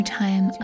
time